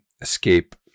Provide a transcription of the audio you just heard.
escape